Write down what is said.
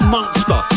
Monster